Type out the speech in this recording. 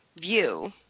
view